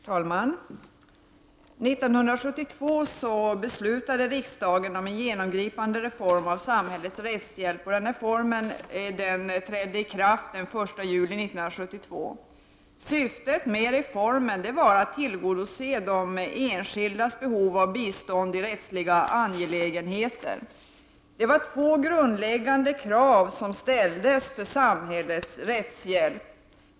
Herr talman! 1972 beslutade riksdagen om en genomgripande reform av samhällets rättshjälp. Den reformen trädde i kraft den 1 juli 1972. Syftet med reformen var att tillgodose de enskildas behov av bistånd i rättsliga angelägenheter. Det var två grundläggande krav som ställdes på samhällets rättshjälp.